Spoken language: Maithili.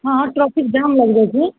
हँ सब चीज जाम लागि जाइत छै